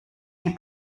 die